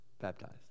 baptized